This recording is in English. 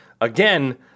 again